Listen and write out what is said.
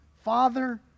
Father